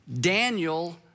Daniel